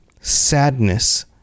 sadness